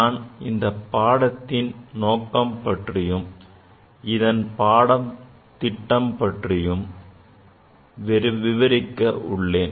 நான் இந்த பாடத்தின் நோக்கம் பற்றியும் இதன் பாடத்திட்டம் பற்றியும் விவரிக்க உள்ளேன்